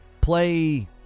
play